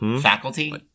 faculty